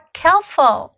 careful